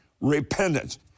repentance